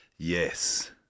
Yes